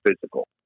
physical